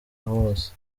hose